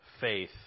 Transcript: faith